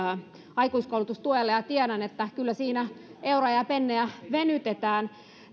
aikuiskoulutustuella ja tiedän että kyllä siinä euroja ja pennejä venytetään